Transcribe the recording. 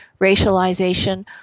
racialization